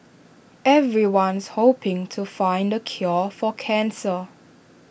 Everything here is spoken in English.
everyone's hoping to find the cure for cancer